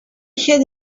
had